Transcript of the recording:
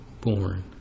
born